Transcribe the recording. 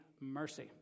mercy